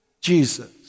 Jesus